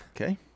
Okay